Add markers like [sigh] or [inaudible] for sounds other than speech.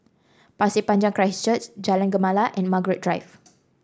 Pasir Panjang Christ Church Jalan Gemala and Margaret Drive [noise]